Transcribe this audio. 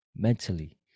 Mentally